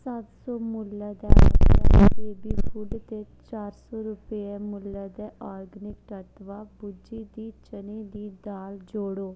सत्त सौ मुल्लै दे हप्पा बेबी फूड ते चार रपेंऽ मुल्लै दे आर्गेनिक तत्त्व भुज्जी दी चनें दी दाल जोड़ो